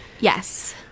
Yes